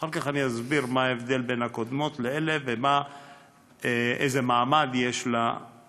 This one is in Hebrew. אחר כך אני אסביר מה ההבדל בין הקודמות לבין אלה ואיזה מעמד יש לקבועות.